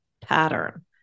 pattern